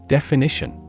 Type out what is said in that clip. Definition